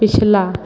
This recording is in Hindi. पिछला